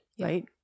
right